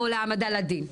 או להעמדה לדין?